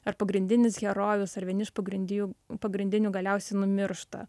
ar pagrindinis herojus ar vieni iš pagrindių pagrindinių galiausiai numiršta